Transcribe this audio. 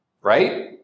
Right